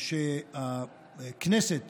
שהכנסת